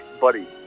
buddy